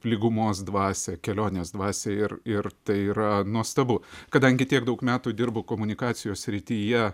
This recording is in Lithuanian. lygumos dvasią kelionės dvasią ir ir tai yra nuostabu kadangi tiek daug metų dirbu komunikacijos srityje